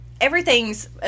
Everything's